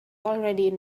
already